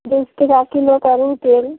दू सए टका किलो करू तेल